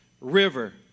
river